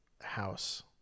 House